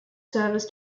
servers